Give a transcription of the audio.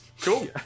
cool